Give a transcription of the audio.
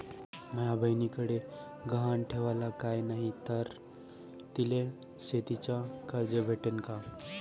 माया बयनीकडे गहान ठेवाला काय नाही तर तिले शेतीच कर्ज भेटन का?